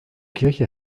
kirche